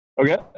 Okay